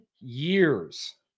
years